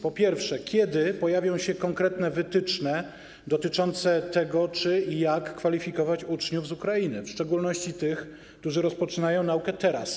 Po pierwsze: Kiedy pojawią się konkretne wytyczne dotyczące tego, czy i jak kwalifikować uczniów z Ukrainy, w szczególności tych, którzy rozpoczynają naukę teraz?